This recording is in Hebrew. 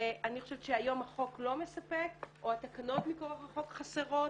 ואני חושבת שהיום החוק לא מספק או התקנות --- החוק חסרות.